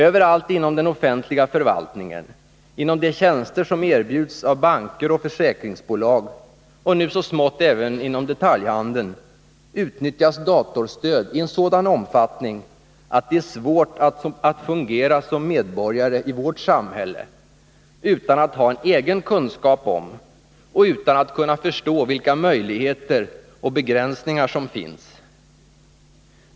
Överallt inom den offentliga förvaltningen, inom de tjänster som erbjuds av banker och försäkringsbolag och nu så smått även inom detaljhandeln, utnyttjas datorstöd i en sådan omfattning att det är svårt att fungera som medborgare i vårt samhälle utan att ha en egen kunskap om och utan att kunna förstå vilka möjligheter och begränsningar som finns.